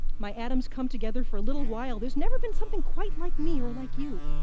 my atoms come together for a little while. there's never been something quite like me or like you.